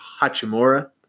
Hachimura